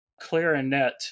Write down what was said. clarinet